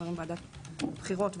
חברים בוועדת בחירות וכולי.